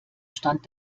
stand